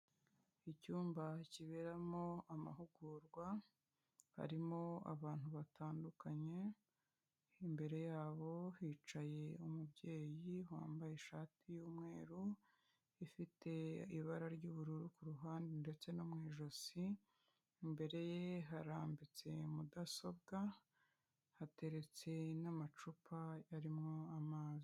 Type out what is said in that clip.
Icyumba kiberamo amahugurwa, harimo abantu batandukanye, imbere yabo hicaye umubyeyi wambaye ishati y'umweru, ifite ibara ry'ubururu ku ruhande ndetse no mu ijosi, imbere ye harambitse mudasobwa, hateretse n'amacupa arimo amazi.